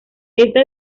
esta